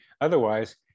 Otherwise